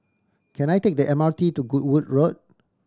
can I take the M R T to Goodwood Road